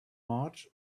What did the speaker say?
march